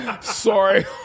sorry